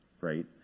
right